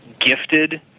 gifted